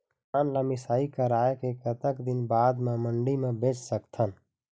धान ला मिसाई कराए के कतक दिन बाद मा मंडी मा बेच सकथन?